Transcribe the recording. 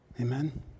Amen